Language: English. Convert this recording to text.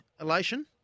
Elation